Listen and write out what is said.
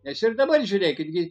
nes ir dabar žiūrėkit gi